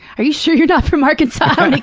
are you sure you're not from arkansas?